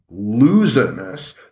loserness